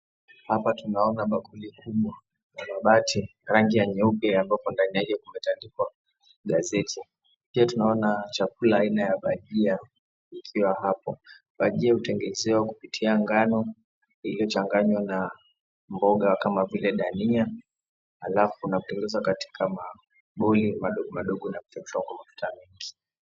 Hapa tunaona bakuli kubwa la mabati rangi ya nyeupe ambako ndani ya hiyo kumetandikwa gazeti. Pia tunaona chakula aina ya bajia ikiwa hapo. Bajia hutengenezwa kupitia ngano iliyochanganywa na mboga kama vile dania halafu unatengenezwa katika maboli madogo madogo na kuchemshwa kwa mafuta mengi.